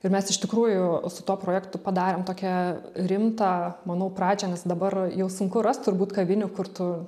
ir mes iš tikrųjų su tuo projektu padarėm tokią rimtą manau pradžią nes dabar jau sunku rast turbūt kavinių kur tu